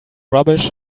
rubbish